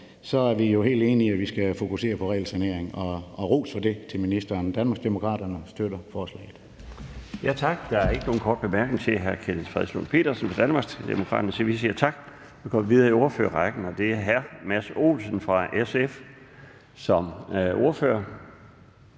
er vi jo helt enige om, at vi skal fokusere på regelsanering – ros for det til ministeren! Danmarksdemokraterne støtter forslaget. Kl. 13:35 Den fg. formand (Bjarne Laustsen): Tak for det. Der er ingen korte bemærkninger til hr. Kenneth Fredslund Petersen fra Danmarksdemokraterne. Så vi siger tak og går videre i ordførerrækken, og det er nu hr. Mads Olsen som ordfører